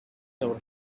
our